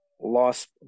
Lost